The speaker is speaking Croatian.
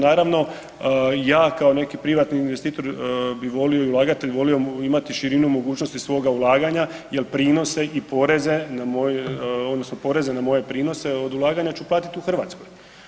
Naravno ja kao neki privatni investitor bi volio i ulagati i volio imati širinu mogućnosti svoga ulaganja jel prinose i poreze odnosno poreze na moje prinose od ulaganja ću platit u Hrvatskoj.